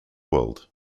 world